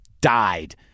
died